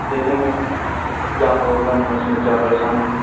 دیکھیں گے کیا پرابلم ہے اس میں کیا پریشانی ہے